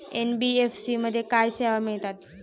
NBFC मध्ये काय सेवा मिळतात?